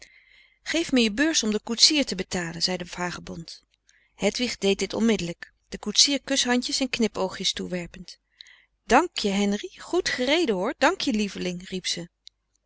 geef me je beurs om den koetsier te betalen zei de vagebond hedwig deed dit onmiddelijk den koetsier kushandjes en knipoogjes toewerpend dank je henri goed gereden hoor dank je lieveling